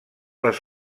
les